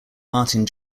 martin